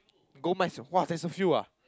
gold mines !wah! there's a few ah